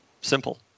Simple